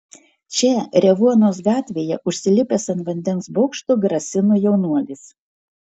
čia revuonos gatvėje užsilipęs ant vandens bokšto grasino jaunuolis